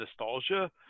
nostalgia